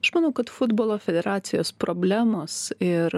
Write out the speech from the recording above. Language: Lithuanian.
aš manau kad futbolo federacijos problemos ir